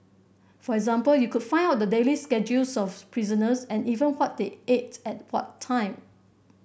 for example you could find out the daily schedules of prisoners and even what they ate at what time